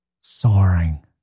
soaring